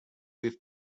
with